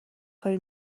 کاری